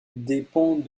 dépend